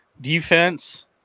Defense